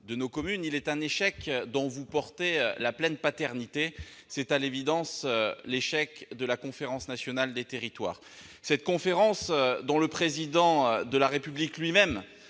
de nos communes, il est un échec dont vous portez l'entière paternité, c'est à l'évidence celui de la Conférence nationale des territoires. Cette conférence, dont le Président de la République lui-même